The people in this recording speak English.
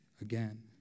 again